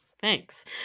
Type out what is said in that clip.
Thanks